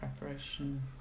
preparation